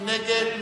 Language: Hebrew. מי נגד?